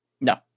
No